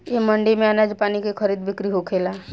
ए मंडी में आनाज पानी के खरीद बिक्री होखेला